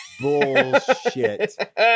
Bullshit